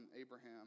Abraham